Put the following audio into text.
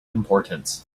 importance